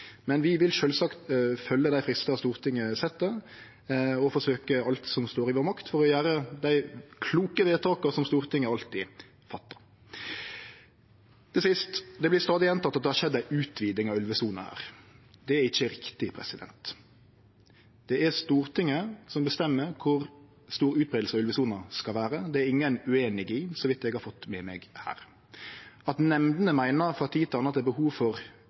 Men vi vil sjølvsagt følgje dei fristane Stortinget set, og forsøkje alt som står i vår makt for å gjere dei kloke vedtaka som Stortinget alltid fattar. Til sist: Det vert stadig gjenteke at det har skjedd ei utviding av ulvesona her. Det er ikkje riktig. Det er Stortinget som bestemmer utbreiinga og kor stor ulvesona skal vere. Det er ingen ueinig i, så vidt eg har fått med meg her. At nemndene frå tid til anna meiner at det er behov for